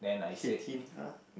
hint hint ah